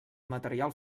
material